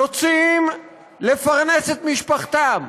יוצאים לפרנס את משפחתם,